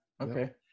Okay